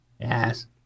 Yes